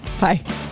Bye